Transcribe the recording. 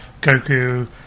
Goku